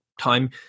time